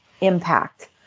impact